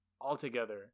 altogether